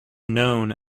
known